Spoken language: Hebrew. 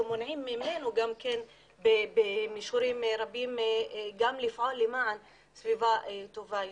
שמונעים ממנו במישורים רבים לפעול למען סביבה טובה יותר.